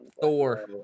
Thor